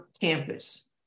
campus